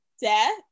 death